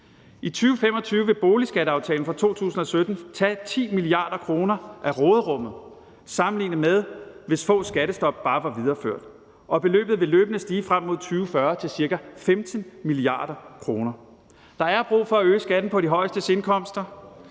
I 2025 vil boligskatteaftalen fra 2017 tage 10 mia. kr. af råderummet sammenlignet med, hvis Foghs skattestop bare var videreført. Og beløbet vil løbende stige frem mod 2040 til ca. 15 mia. kr. Der er brug for at øge skatten på de højeste indkomster.